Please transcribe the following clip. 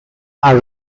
are